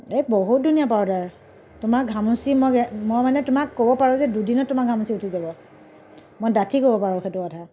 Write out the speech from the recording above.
এই বহুত ধুনীয়া পাউডাৰ তোমাৰ ঘামচি মই গেৰা মই মানে তোমাক ক'ব পাৰোঁ যে দুদিনত তোমাৰ ঘামচি উঠি যাব মই ডাঠি ক'ব পাৰোঁ সেইটো কথা